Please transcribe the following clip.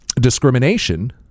discrimination